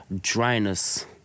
dryness